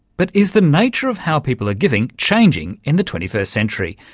but is the nature of how people are giving changing in the twenty-first century?